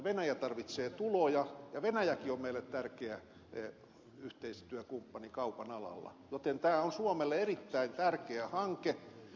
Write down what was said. venäjä tarvitsee tuloja ja venäjäkin on meille tärkeä yhteistyökumppani kaupan alalla joten tämä on suomelle erittäin tärkeä hanke